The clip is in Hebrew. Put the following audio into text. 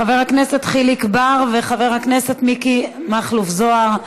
חבר הכנסת חיליק בר וחבר הכנסת מיקי מכלוף זוהר,